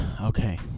Okay